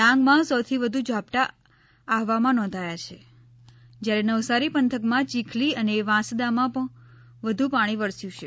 ડાંગમાં સૌથી વધુ ઝાપટાં આહવામાં નોંધાયા છે જ્યારે નવસારી પંથકમાં ચિખલી અને વાંસદામાં વધુ પાણી વરસ્યું છે